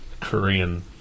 Korean